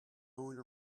going